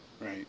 right